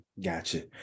Gotcha